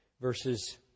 verses